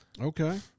Okay